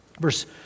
verse